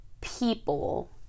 people